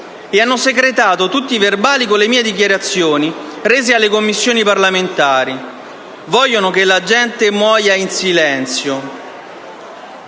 E hanno secretato tutti i verbali con le mie dichiarazioni rese alle Commissioni parlamentari. Vogliono che la gente muoia in silenzio».